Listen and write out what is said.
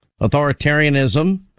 authoritarianism